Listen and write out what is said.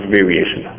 variation